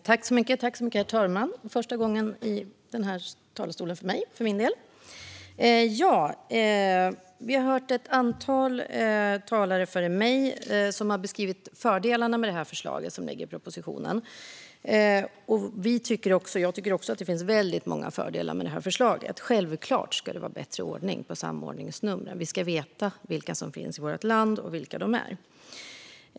Herr talman! Det är första gången i den här talarstolen för min del. Ett antal talare före mig har beskrivit fördelarna med det förslag som finns i propositionen. Jag tycker också att det finns väldigt många fördelar med det här förslaget. Självklart ska det vara bättre ordning på samordningsnumren - vi ska veta vilka som finns i vårt land och vilka de är.